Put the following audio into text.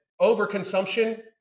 Overconsumption